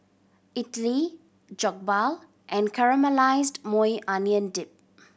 Idili Jokbal and Caramelized Maui Onion Dip